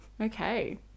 okay